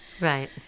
right